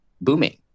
booming